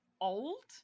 old